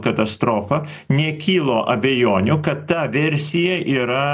katastrofa nekilo abejonių kad ta versija yra